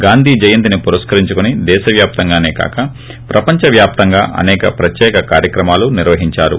గాంధీ జయంతిని పురస్కారించుకొని దేశవ్యాప్తంగానే కాక ప్రపంచ వ్యాప్తంగా అసేక ప్రత్యేక కార్యక్రమాలు నిర్వహించారు